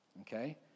okay